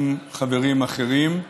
עם חברים אחרים,